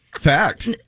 Fact